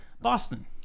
Boston